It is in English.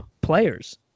players